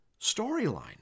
storyline